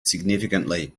significantly